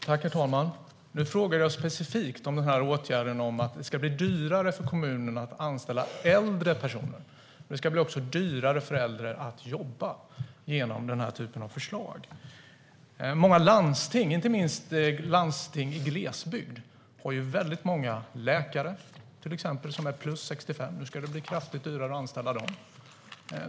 Herr talman! Nu frågade jag specifikt om åtgärden att det ska bli dyrare för kommunerna att anställa äldre personer. Det ska också bli dyrare för äldre att jobba genom den typen av förslag. Många landsting, inte minst i glesbygden, har många läkare som är 65-plus. Nu ska det bli kraftigt dyrare att anställa dem.